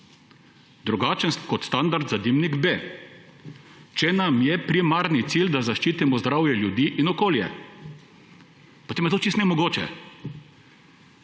drugačen kot standard za dimnik B, če nam je primarni cilj, da zaščitimo zdravje ljudi in okolje? Potem je to čisto nemogoče.